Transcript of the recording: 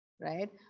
right